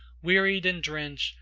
wearied and drenched,